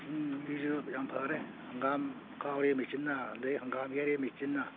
ꯃꯦꯆꯤꯟꯒꯤꯁꯨ ꯌꯥꯝ ꯐꯒ꯭ꯔꯦ ꯍꯪꯒꯥꯝ ꯈꯥꯎꯔꯦ ꯃꯦꯆꯤꯟꯅ ꯑꯗꯩ ꯍꯪꯒꯥꯝ ꯌꯩꯔꯦ ꯃꯦꯆꯤꯟꯅ